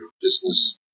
business